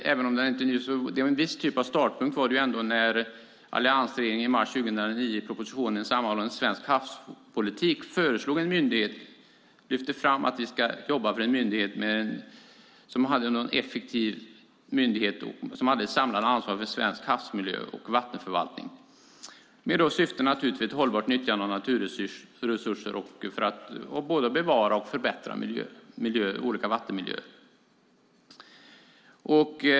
En viss typ av startpunkt var det när alliansregeringen i mars 2009 i propositionen En s ammanhållen svensk havspolitik föreslog en myndighet. Man lyfte fram att vi ska jobba för en effektiv myndighet som har ett samlat ansvar för svensk havsmiljö och vattenförvaltning. Syftet var ett hållbart nyttjande av naturresurser för att bevara och förbättra olika vattenmiljöer.